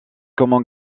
comment